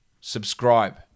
Subscribe